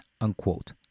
unquote